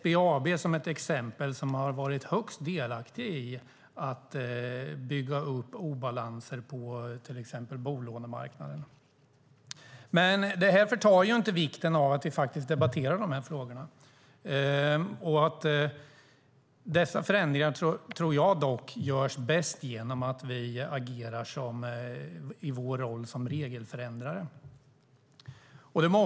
Vi kan se på SBAB, som varit högst delaktig i att bygga upp obalanser på exempelvis bolånemarknaden. Det förtar inte vikten av att vi debatterar dessa frågor. Jag tror dock att förändringarna görs bäst genom att vi agerar i vår roll som regelförändrare.